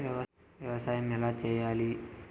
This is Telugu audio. వ్యవసాయం ఎలా చేయాలి?